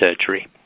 surgery